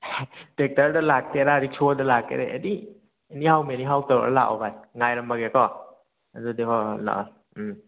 ꯇꯦꯛꯇꯔꯗ ꯂꯥꯛꯀꯦꯔꯥ ꯔꯤꯛꯁꯣꯗ ꯂꯥꯛꯀꯦꯔꯥ ꯑꯦꯅꯤ ꯑꯦꯅꯤ ꯍꯥꯎ ꯃꯦꯅꯤ ꯍꯥꯎ ꯇꯧꯔ ꯂꯥꯛꯑꯣ ꯕꯥꯏ ꯉꯥꯏꯔꯝꯃꯒꯦꯀꯣ ꯑꯗꯨꯗꯤ ꯍꯣꯏ ꯍꯣꯏ ꯂꯥꯛꯑꯣ ꯎꯝ